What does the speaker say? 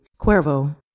Cuervo